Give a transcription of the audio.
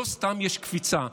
לא סתם יש קפיצה.